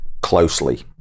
closely